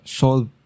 solve